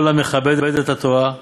כל המכבד את התורה,